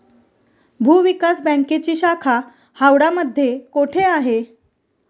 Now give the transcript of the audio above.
भूविकास बँकेची शाखा हावडा मध्ये कोठे आहे?